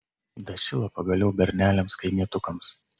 dašilo pagaliau berneliams kaimietukams